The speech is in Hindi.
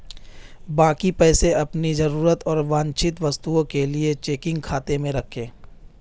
बाकी पैसे अपनी जरूरत और वांछित वस्तुओं के लिए चेकिंग खाते में रखें